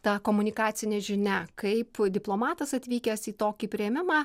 ta komunikacinė žinia kaip diplomatas atvykęs į tokį priėmimą